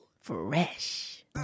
Fresh